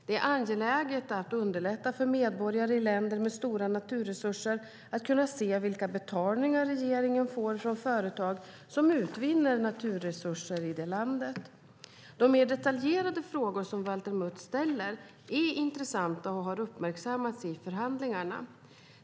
Det är angeläget att underlätta för medborgare i länder med stora naturresurser att kunna se vilka betalningar regeringen får från företag som utvinner naturresurser i det landet. De mer detaljerade frågor som Valter Mutt ställer är intressanta och har uppmärksammats i förhandlingarna.